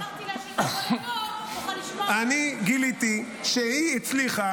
----- אמרתי לה ----- אני גיליתי שהיא הצליחה